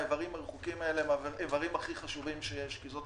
האיברים הרחוקים האלה הם איברים הכי חשובים שיש כי זאת